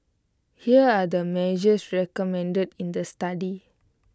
here are the measures recommended in the study